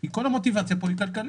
כי כל המוטיבציה פה היא כלכלית,